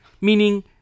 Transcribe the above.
Meaning